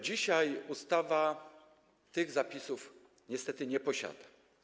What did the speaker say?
Dzisiaj ustawa tych zapisów niestety nie zawiera.